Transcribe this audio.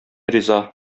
риза